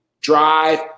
drive